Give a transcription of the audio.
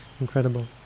incredible